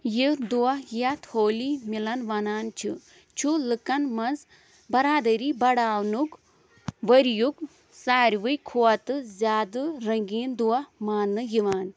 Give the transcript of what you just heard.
یہِ دۄہ یَتھ ہولی مِلن وَنان چھِ چھُ لُکن منٛز بَرادٔری بَڑاونُک ؤرِیُک ساروٕے کھۄتہٕ زیادٕ رٔنٛگیٖن دۄہ مانٛنہٕ یِوان